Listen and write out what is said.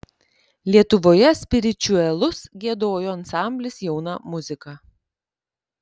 lietuvoje spiričiuelus giedojo ansamblis jauna muzika